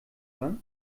war